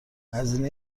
هزینه